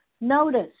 Notice